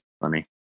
Funny